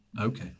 okay